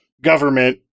government